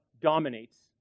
dominates